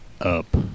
up